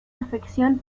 afección